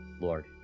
Lord